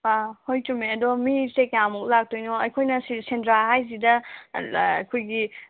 ꯑꯥ ꯍꯣꯏ ꯆꯨꯝꯃꯦ ꯑꯗꯣ ꯃꯤꯁꯦ ꯀꯌꯥꯃꯨꯛ ꯂꯥꯛꯇꯣꯏꯅꯣ ꯑꯩꯈꯣꯏꯅ ꯁꯦꯟꯗ꯭ꯔꯥ ꯍꯥꯏꯁꯤꯗ ꯑꯩꯈꯣꯏꯒꯤ